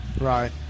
Right